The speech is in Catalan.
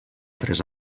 tres